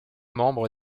membres